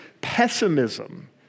Pessimism